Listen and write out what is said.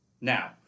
Now